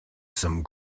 some